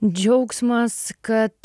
džiaugsmas kad